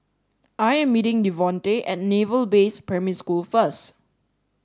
I am meeting Devonte at Naval Base Primary School first